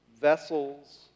vessels